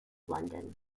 london